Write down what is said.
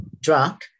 drunk